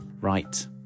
right